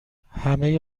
همه